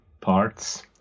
parts